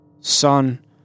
Son